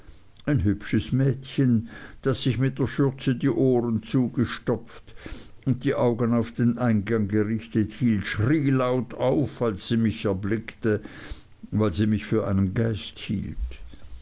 ein hübsches mädchen das sich mit der schürze die ohren zugestopft und die augen auf den eingang gerichtet hielt schrie laut auf als sie mich erblickte weil sie mich für einen geist hielt